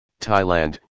Thailand